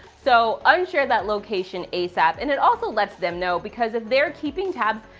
so un-share that location asap. and it also lets them know, because if they're keeping tabs,